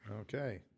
Okay